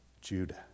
Judah